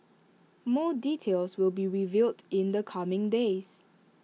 more details will be revealed in the coming days